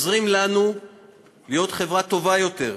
הם עוזרים לנו להיות חברה טובה יותר,